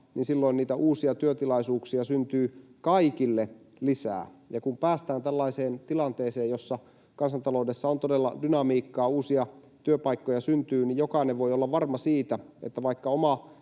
niitä uusia työtilaisuuksia syntyy kaikille lisää. Ja kun päästään tällaiseen tilanteeseen, jossa kansantaloudessa on todella dynamiikkaa, uusia työpaikkoja syntyy, niin jokainen voi olla varma siitä, että vaikka oma